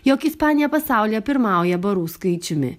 jog ispanija pasaulyje pirmauja barų skaičiumi